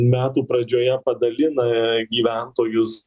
metų pradžioje padalina gyventojus